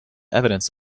evidence